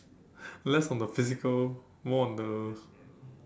less on the physical more on the